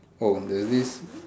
oh there's this